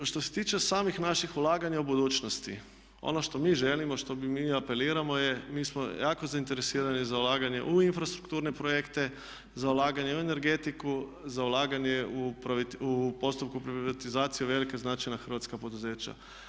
I što se tiče samih naših ulaganja u budućnosti ono što mi želimo, što mi apeliramo je da mi smo jako zainteresirani za ulaganje u infrastrukturne projekte, za ulaganje u energetiku, za ulaganje u postupku privatizacije u velika značajna hrvatska poduzeća.